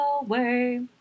away